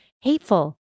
hateful